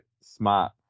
smart